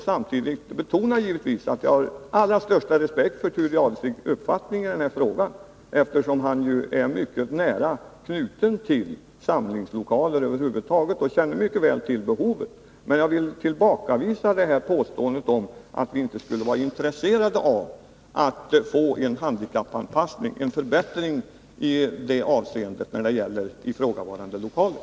Samtidigt vill jag givetvis betona att jag har den allra största respekt för Thure Jadestigs uppfattning i den här frågan, eftersom han är mycket nära knuten till det som gäller samlingslokaler över huvud taget och mycket väl känner till behovet. Men jag vill tillbakavisa påståendet om att vi inte skulle vara intresserade av att få en förbättring av handikappanpassningen för ifrågavarande lokaler.